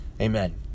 Amen